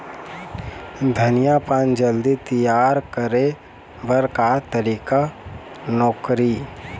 धनिया पान जल्दी तियार करे बर का तरीका नोकरी?